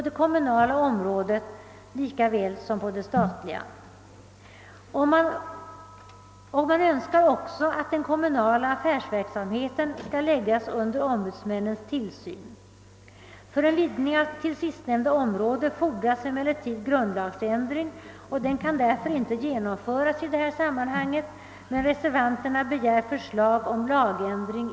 Eftersom de aktuella organisationsfrågorna gäller en riksdagens institution, har någon bedömning av de föreliggande förslagen inte skett från Kungl. Maj:ts sida.